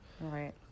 Right